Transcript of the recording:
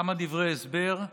כמה דברי הסבר,